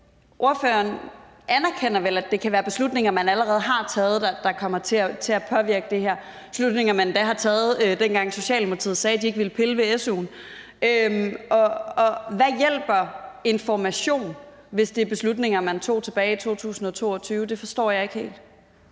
Ordføreren anerkender vel, at det kan være beslutninger, man allerede har taget, der kommer til at påvirke det her – beslutninger, man endda har taget, dengang Socialdemokratiet sagde, de ikke ville pille ved su'en. Hvad hjælper information, hvis det er beslutninger, man tog tilbage i 2022? Det forstår jeg ikke helt.